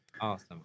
Awesome